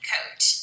Coach